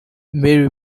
mary